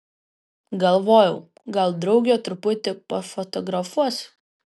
galvojau gal draugė truputį pafotografuos